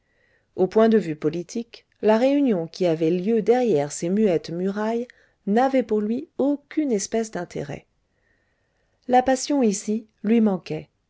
au point de vue politique la réunion qui avait lieu derrière ces muettes murailles n'avait pour lui aucune espèce d'intérêt la passion ici lui manquait